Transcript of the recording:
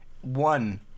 one